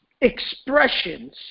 expressions